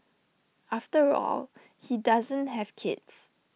after all he doesn't have kids